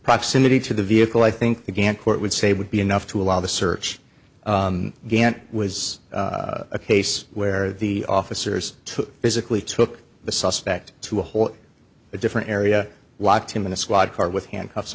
proximity to the vehicle i think the gant court would say would be enough to allow the search gantt was a case where the officers to physically took the suspect to a whole different area walk him in a squad car with handcuffs